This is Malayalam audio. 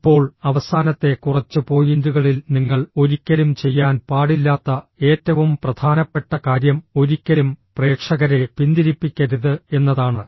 ഇപ്പോൾ അവസാനത്തെ കുറച്ച് പോയിന്റുകളിൽ നിങ്ങൾ ഒരിക്കലും ചെയ്യാൻ പാടില്ലാത്ത ഏറ്റവും പ്രധാനപ്പെട്ട കാര്യം ഒരിക്കലും പ്രേക്ഷകരെ പിന്തിരിപ്പിക്കരുത് എന്നതാണ്